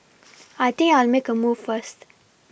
I think I'll make a move first